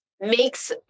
makes